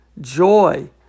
Joy